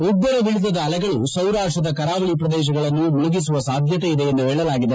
ಉಬ್ಲರವಿಳಿತದ ಅಲೆಗಳು ಸೌರಾಷ್ಲದ ಕರಾವಳಿ ಪ್ರದೇಶಗಳನ್ನು ಮುಳುಗಿಸುವ ಸಾಧ್ಯತೆಯಿದೆ ಎಂದು ಹೇಳಲಾಗಿದೆ